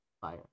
fire